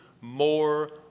more